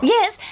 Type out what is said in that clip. Yes